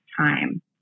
time